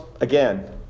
again